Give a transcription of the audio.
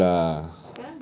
no lah